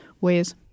ways